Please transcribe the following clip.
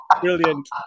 brilliant